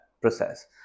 process